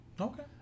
Okay